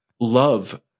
love